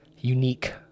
unique